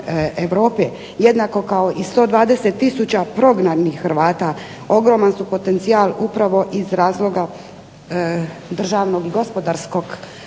jednako kao i 120000 prognanih Hrvata ogroman su potencijal upravo iz razloga državnog i gospodarskog razvitka